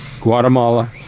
Guatemala